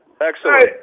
Excellent